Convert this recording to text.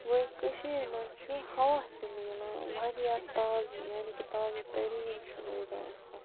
گوٚو ییٚتہِ کٔشیٖرِ منٛز چھُ ہوا تہِ میلان واریاہ تازٕ یعنی کہِ تاز و تٔریٖن چھُ روزان انسان